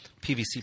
PVC